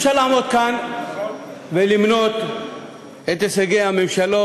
אפשר לעמוד כאן ולמנות את הישגי הממשלות,